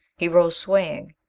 he rose, swaying.